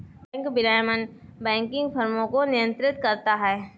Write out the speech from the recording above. bank विनियमन banking फ़र्मों को नियंत्रित करता है